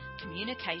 communication